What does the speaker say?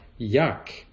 yuck